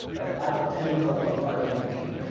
at the pinnacle of art-making,